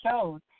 shows